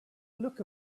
look